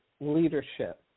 leadership